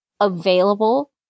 available